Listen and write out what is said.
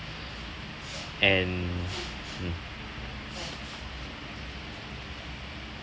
and mm